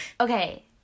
Okay